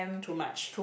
too much